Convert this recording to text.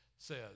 says